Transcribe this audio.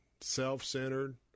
Self-centered